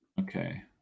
Okay